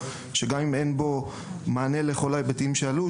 שגם אם אין בו מענה לכל ההיבטים שעלו,